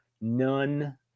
none